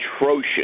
atrocious